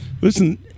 Listen